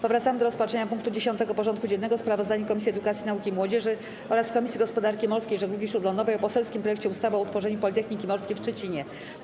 Powracamy do rozpatrzenia punktu 10. porządku dziennego: Sprawozdanie Komisji Edukacji, Nauki i Młodzieży oraz Komisji Gospodarki Morskiej i Żeglugi Śródlądowej o poselskim projekcie ustawy o utworzeniu Politechniki Morskiej w Szczecinie.